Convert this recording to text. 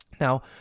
Now